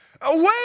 Away